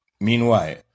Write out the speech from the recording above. Meanwhile